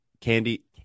candy